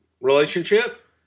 relationship